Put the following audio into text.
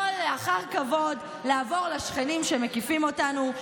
יכול לעבור אחר כבוד לשכנים שמקיפים אותנו,